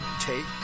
take